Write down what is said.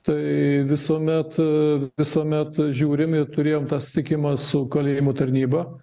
tai visuomet visuomet žiūrim ir turėjom tą susitikimą su kalėjimų tarnyba